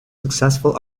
successful